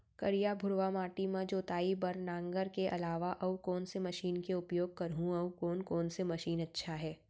करिया, भुरवा माटी म जोताई बार नांगर के अलावा अऊ कोन से मशीन के उपयोग करहुं अऊ कोन कोन से मशीन अच्छा है?